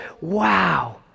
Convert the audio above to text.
wow